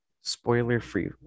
Spoiler-free